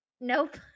Nope